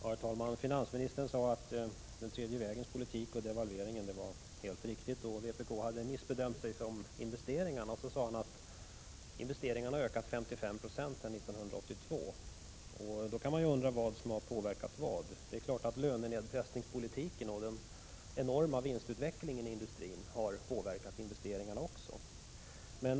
Herr talman! Finansministern sade att den tredje vägens politik inkl. devalveringen var helt riktig och att vpk hade gjort en missbedömning då det gäller investeringarna. Han sade vidare att investeringarna har ökat med 55 90 sedan 1982. Då kan man undra vad som har påverkat vad. Det är klart att lönenedpressningspolitiken och den enorma vinstutvecklingen i industrin också har påverkat investeringarna.